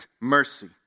mercy